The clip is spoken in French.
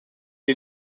est